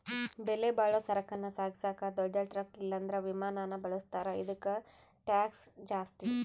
ಬೆಲೆಬಾಳೋ ಸರಕನ್ನ ಸಾಗಿಸಾಕ ದೊಡ್ ಟ್ರಕ್ ಇಲ್ಲಂದ್ರ ವಿಮಾನಾನ ಬಳುಸ್ತಾರ, ಇದುಕ್ಕ ಟ್ಯಾಕ್ಷ್ ಜಾಸ್ತಿ